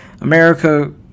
America